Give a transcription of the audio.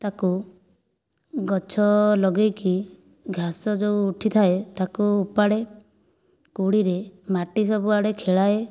ତାକୁ ଗଛ ଲଗେଇକି ଘାସ ଯେଉଁ ଉଠିଥାଏ ତାକୁ ଓପାଡ଼େ କୋଡ଼ିରେ ମାଟି ସବୁଆଡ଼େ ଖେଳାଏ